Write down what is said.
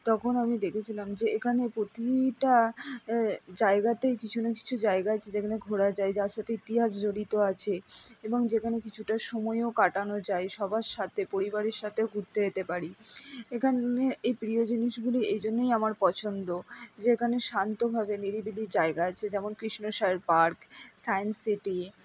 তখন আমি দেখেছিলাম যে এখানে প্রতিটা জায়গাতেই কিছু না কিছু জায়গা আছে যেখানে ঘোরা যায় যার সাথে ইতিহাস জড়িত আছে এবং যেখানে কিছুটা সময়ও কাটানো যায় সবার সাথে পরিবারের সাথেও ঘুরতে যেতে পারি এখানে এই প্রিয় জিনিসগুলি এই জন্যেই আমার পছন্দ যেখানে শান্তভাবে নিরিবিলি জায়গা আছে যেমন Krishna Sayar park science city